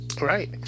Right